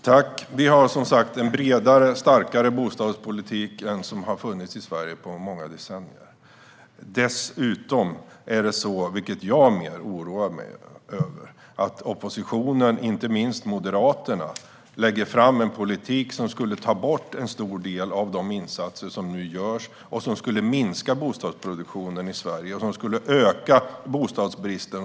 Herr talman! Vi har som sagt en bredare och starkare bostadspolitik i Sverige än på många decennier. Dessutom är det så, vilket jag oroar mig mer över, att oppositionen - inte minst Moderaterna - lägger fram en politik som skulle ta bort en stor del av de insatser som nu görs, minska bostadsproduktionen i Sverige och öka bostadsbristen.